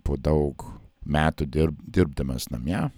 po daug metų dirb dirbdamas namie